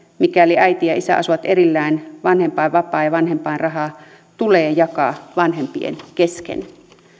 mikäli äiti ja isä asuvat erillään vanhempainvapaa ja vanhempainraha tulee jakaa vanhempien kesken